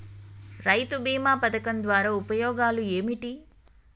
రైతు బీమా పథకం ద్వారా ఉపయోగాలు ఏమిటి?